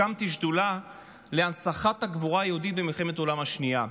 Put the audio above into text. הקמתי שדולה להנצחת הגבורה היהודית במלחמת העולם השנייה.